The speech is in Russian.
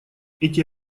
эти